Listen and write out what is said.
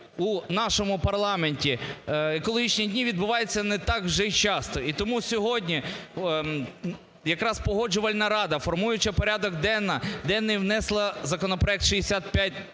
у нашому парламенті… екологічні дні відбуваються не так вже й часто. І тому сьогодні якраз Погоджувальна рада, формуючи порядок денний, внесла законопроект 6598